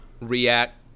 react